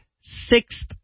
sixth